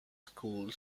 school